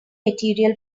material